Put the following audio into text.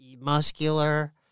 muscular